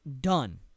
done